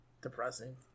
depressing